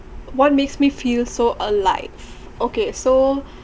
what makes me feel so alive okay so